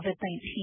COVID-19